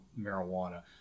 marijuana